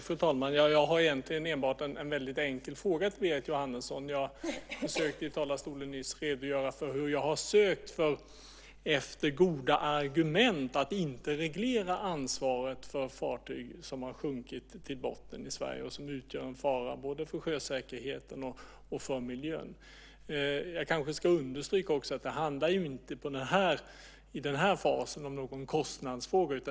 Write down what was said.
Fru talman! Jag har egentligen bara en väldigt enkel fråga till Berit Jóhannesson. Jag försökte i talarstolen nyss redogöra för hur jag har sökt efter goda argument för att inte reglera ansvaret för fartyg som har sjunkit till botten i Sverige och som utgör en fara både för sjösäkerheten och för miljön. Jag kanske ska understryka att det inte i den här fasen är någon kostnadsfråga.